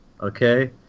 Okay